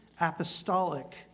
apostolic